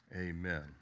Amen